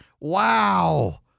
Wow